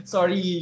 Sorry